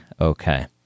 okay